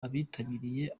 abitabiriye